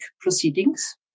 proceedings